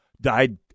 died